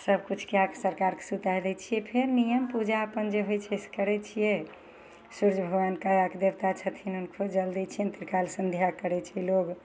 सब किछु कए कऽ सरकारके सुता दै छियै फेन नियम पूजा अपन जे होइ छै से करय छियै सुर्य भगवानके अर्घ देवता छथिन हुनको जल दै छियनि त्रिकाल संध्या करय छै लोग